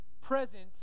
Present